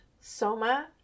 Soma